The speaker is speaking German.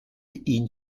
ihn